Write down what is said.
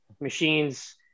machines